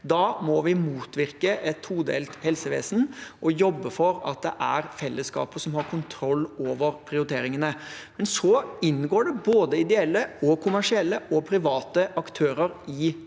Da må vi motvirke et todelt helsevesen og jobbe for at det er fellesskapet som har kontroll over prioriteringene. Både ideelle, kommersielle og private aktører inngår